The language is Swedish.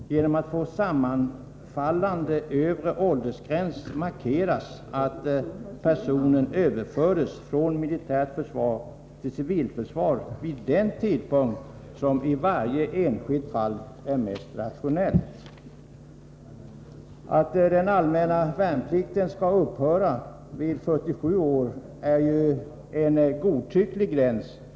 Genom en sammanfallande övre åldersgräns markeras att personen överförs från militärt försvar till civilförsvar vid den tidpunkt då det i varje enskilt fall är mest rationellt. Att den allmänna värnplikten skall upphöra vid 47 års ålder är en godtycklig gräns.